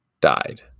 died